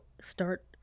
start